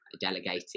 delegating